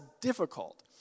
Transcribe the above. difficult